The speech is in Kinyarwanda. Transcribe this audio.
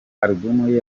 album